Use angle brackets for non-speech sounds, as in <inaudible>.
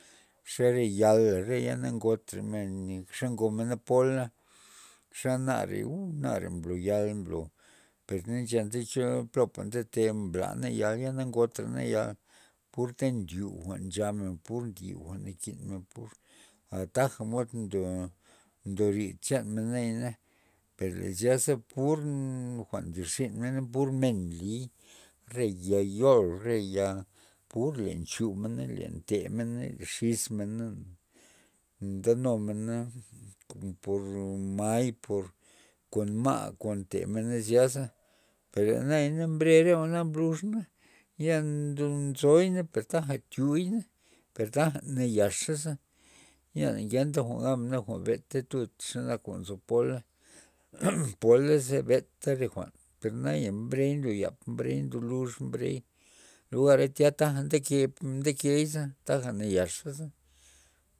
Xe re yala re ya na ngotra men ze ngomena pola xana re uu mblo yal mblo per na nchenta cho plopa ndete mblana yal ya na ngotrana yal purta ndyu jwa'n nchana pur ndyu jwa'n nakin men pur taja mod ndorid chan men naya per le zyasa pur jwa'n nlizynmena pur men nliy re ya yol re ya pur len nchu mena len nted mena len xis men nda numena kon por may por kon ma' kon ntemena zyasa per naya mbre re jwa'na na rey mblux na ya ndo nzoy na taja tiuy per taja nayaxa ya na ngenta jwa'n gabmen beta tud xanak jwa'n nzo pola <noise> pola ze beta re jwa'n ley mbrey ndoyap mbrey ndoluz mbrey lugara ta ndeke ndekey za naxaza.